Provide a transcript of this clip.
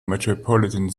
metropolitan